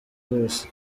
bose